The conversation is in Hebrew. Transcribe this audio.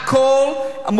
על כל מה שאתה רוצה.